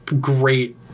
great